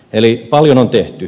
eli paljon on tehty